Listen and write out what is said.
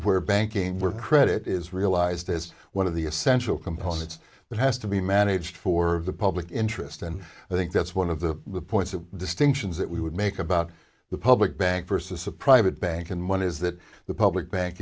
where banking where credit is realised as one of the essential components that has to be managed for the public interest and i think that's one of the points of distinctions that we would make about the public bank versus a private bank and one is that the public ba